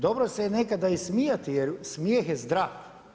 Dobro se je nekada i smijati, jer smjeh je zdrav.